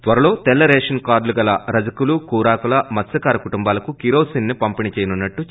త్వరలో తెల్ల రేషన్ కార్గులుగల రజకులు కూరాకుల మత్స్కారుల కుటుంబాలకు కిరోసిన్ ను పంపిణి చేయనున్నట్టు చెప్పారు